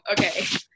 okay